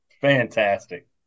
Fantastic